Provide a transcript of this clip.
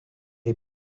est